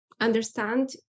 understand